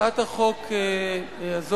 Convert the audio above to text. הצעת החוק הזאת,